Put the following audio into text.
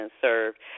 served